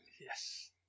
Yes